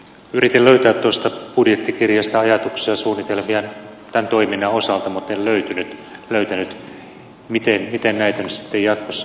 yritin löytää tuosta budjettikirjasta ajatuksia suunnitelmia tämän toiminnan osalta mutta en löytänyt miten näitä nyt sitten jatkossa resursoidaan